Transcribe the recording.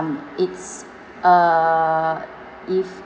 um it's uh if